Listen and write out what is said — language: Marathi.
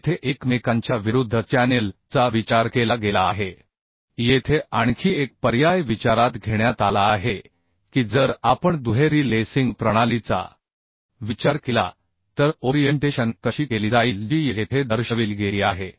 येथे एकमेकांच्या विरुद्ध चॅनेल चा विचार केला गेला आहे येथे आणखी एक पर्याय विचारात घेण्यात आला आहे की जर आपण दुहेरी लेसिंग प्रणालीचा विचार केला तर ओरिएंटेशन कशी केली जाईल जी येथे दर्शविली गेली आहे